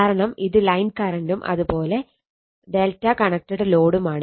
കാരണം ഇത് ലൈൻ കറണ്ടും അത് പോലെ ∆ കണക്റ്റഡ് ലോഡുമാണ്